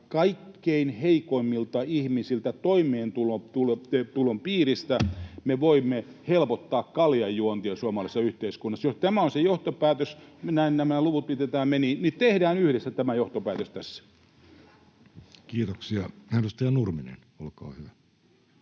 kaikkein heikoimmilta ihmisiltä toimeentulon piiristä me voimme helpottaa kaljanjuontia suomalaisessa yhteiskunnassa? [Katri Kulmuni: Kyllä!] Jos tämä on se johtopäätös, nämä luvut, miten tämä meni, niin tehdään yhdessä tämä johtopäätös tässä. [Speech 170] Speaker: Jussi Halla-aho